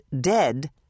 dead